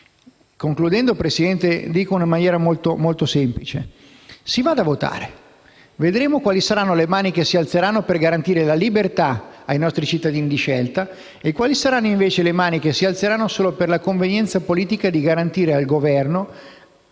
conclusione, lo dico in maniera molto semplice: si vada a votare e vedremo quali saranno le mani che si alzeranno per garantire la libertà di scelta ai nostri cittadini e quali saranno invece le mani che si alzeranno solo per la convenienza politica di garantire al Governo,